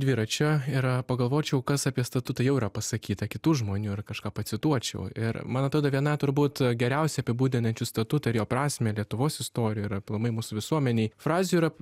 dviračio ir pagalvočiau kas apie statutą jau yra pasakyta kitų žmonių ar kažką pacituočiau ir man atrodo viena turbūt geriausiai apibūdinančius statutą ir jo prasmę lietuvos istorijoj ir aplamai mūsų visuomenėj frazių yra